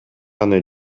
аны